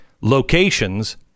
locations